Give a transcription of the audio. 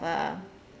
uh